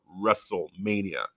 WrestleMania